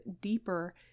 deeper